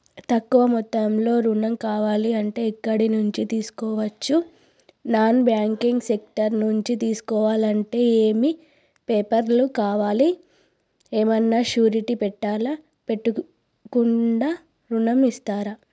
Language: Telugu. తక్కువ మొత్తంలో ఋణం కావాలి అంటే ఎక్కడి నుంచి తీసుకోవచ్చు? నాన్ బ్యాంకింగ్ సెక్టార్ నుంచి తీసుకోవాలంటే ఏమి పేపర్ లు కావాలి? ఏమన్నా షూరిటీ పెట్టాలా? పెట్టకుండా ఋణం ఇస్తరా?